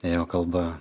ėjo kalba